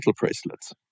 bracelets